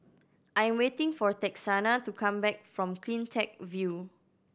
I'm waiting for Texanna to come back from Cleantech View